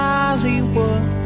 Hollywood